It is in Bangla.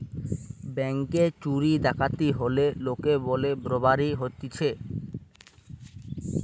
ব্যাংকে চুরি ডাকাতি হলে লোকে বলে রোবারি হতিছে